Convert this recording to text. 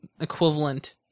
equivalent